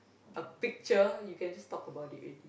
a picture you can talk about it already